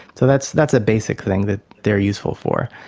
so that's that's a basic thing that they are useful for.